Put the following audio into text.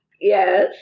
Yes